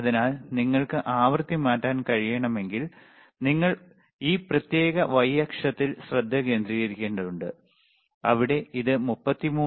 അതിനാൽ നിങ്ങൾക്ക് ആവൃത്തി മാറ്റാൻ കഴിയുമെങ്കിൽ നിങ്ങൾ ഈ പ്രത്യേക y അക്ഷത്തിൽ ശ്രദ്ധ കേന്ദ്രീകരിക്കേണ്ടതുണ്ട് അവിടെ അത് 33